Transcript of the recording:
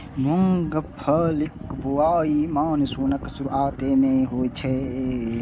मूंगफलीक बुआई मानसूनक शुरुआते मे होइ छै